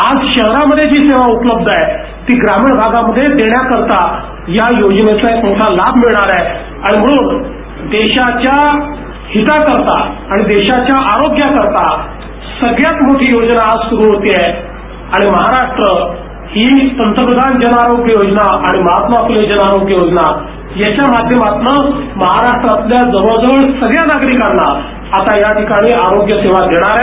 आज शहरामध्ये जी सेवा उपलब्ध आहे ती ग्रामीण भागामध्ये देण्याकरता या योजनेचा एक मोठा लाभ मिळणार आहे आणि म्हणून देशाच्या हिताकरता आणि देशाच्या आरोग्याकरता सगळयात मोठी योजना आज सुरु होते आहे आणि महाराष्ट्र ही पंतप्रधान जन आरोग्य योजना आणि महात्मा फुले जन आरोग्य योजना याच्या माध्यमातन महाराष्ट्रातल्या जवळ जवळ सगळ्या नागरिकांना आता याठिकाणी आरोग्य सेवा देणार आहे